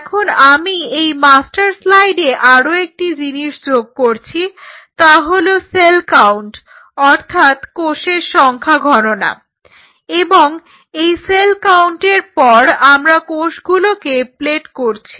এখন আমি এই মাস্টার স্লাইডে আরো একটি জিনিস যোগ করছি তা হলো সেল কাউন্ট অর্থাৎ কোষের সংখ্যা গণনা এবং এই সেল কাউন্টের পর আমরা কোষগুলোকে প্লেট করছি